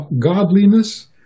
godliness